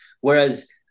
Whereas